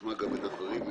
נשמע את הדברים.